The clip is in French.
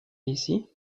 ici